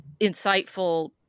insightful